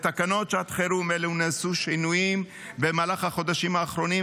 בתקנות שעת חירום אלו נעשו שינויים במהלך החודשים האחרונים,